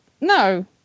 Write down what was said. no